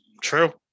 true